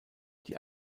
die